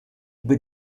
über